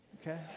Okay